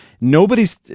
nobody's